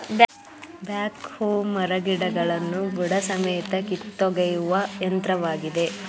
back ಹೋ ಮರಗಿಡಗಳನ್ನು ಬುಡಸಮೇತ ಕಿತ್ತೊಗೆಯುವ ಯಂತ್ರವಾಗಿದೆ